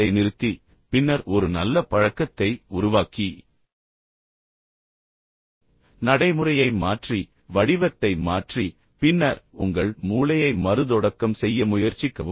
அதை நிறுத்தி பின்னர் ஒரு நல்ல பழக்கத்தை உருவாக்கி நடைமுறையை மாற்றி வடிவத்தை மாற்றி பின்னர் உங்கள் மூளையை மறுதொடக்கம் செய்ய முயற்சிக்கவும்